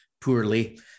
poorly